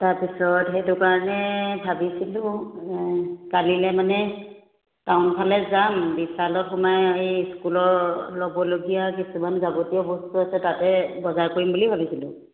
তাৰপিছত সেইটো কাৰণে ভাবিছিলোঁ কালিলে মানে টাউনফালে যাম বিশালত সোমাই এই স্কুলৰ ল'বলগীয়া কিছুমান যাৱতীয় বস্তু আছে তাতে বজাৰ কৰিম বুলি ভাবিছিলোঁ